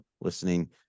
listening